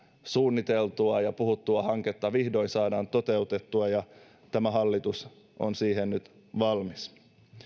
suunniteltua ja puhuttua hanketta vihdoin saadaan toteutettua ja tämä hallitus on siihen nyt valmis